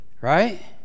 Right